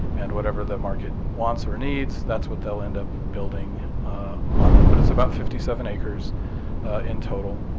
and whatever the market wants or needs that's what they'll end up building on that. but it's about fifty seven acres in total.